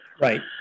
Right